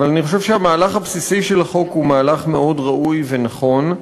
אבל אני חושב שהמהלך הבסיסי של החוק הוא מהלך מאוד ראוי ונכון.